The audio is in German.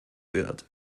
wird